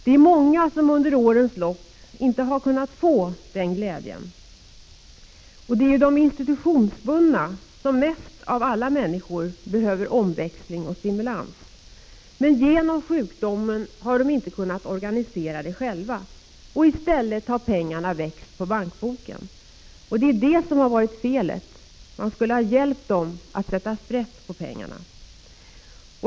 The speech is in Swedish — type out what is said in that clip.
Det är många som under årens lopp inte har kunnat få den glädjen. Det är de institutionsbundna som mest av alla människor behöver omväxling och stimulans. Men genom sjukdomen har de inte kunnat organisera något sådant själva, i stället har pengarna växt på banken. Det är det som har varit felet, man skulle ha hjälpt dem att sätta sprätt på pengarna.